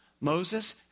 Moses